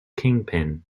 kingpin